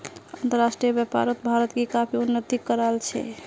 अंतर्राष्ट्रीय व्यापारोत भारत काफी उन्नति कराल छे